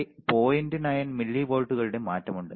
9 മില്ലിവോൾട്ടുകളുടെ മാറ്റമുണ്ട്